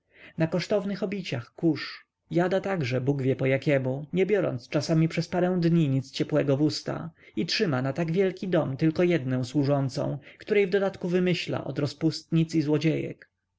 na kosztownych obiciach kurz jada także bóg wie po jakiemu nie biorąc czasem przez parę dni nic ciepłego w usta i trzyma na tak wielki dom tylko jednę służącą której w dodatku wymyśla od rozpustnic i złodziejek